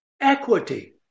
equity